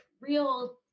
real